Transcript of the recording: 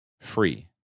free